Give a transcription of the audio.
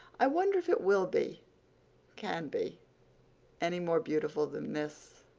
i wonder if it will be can be any more beautiful than this,